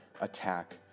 attack